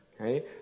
Okay